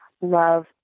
love